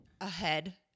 ahead